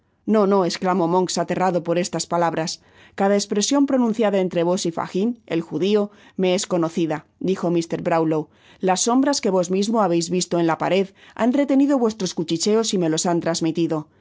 no no csclamó monks aterrado por estas palabras cada espresion pronunciada entre vos y fagin el judio me es conocida dijo mr brownlow las sombras que vos mismo habeis visto en la pared han retenido vuestros cuchicheos y me los han transmitido